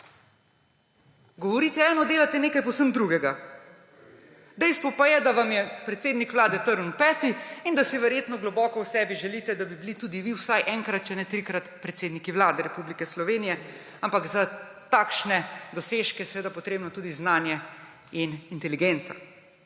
Govorite eno, delate nekaj povsem drugega. Dejstvo pa je, da vam je predsednik Vlade trn v peti in da si verjetno globoko v sebi želite, da bi bili tudi vi vsaj enkrat, če ne trikrat, predsedniki Vlade Republike Slovenije. Ampak za takšne dosežke sta potrebna tudi znanje in inteligenca.